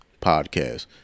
podcast